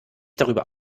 darüber